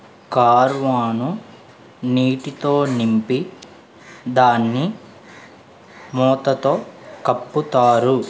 కార్వాను నీటితో నింపి దాన్ని మూతతో కప్పుతారు